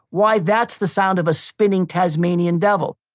why that's the sound of a spinning tasmanian devil.